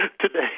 Today